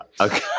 Okay